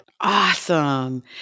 Awesome